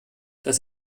das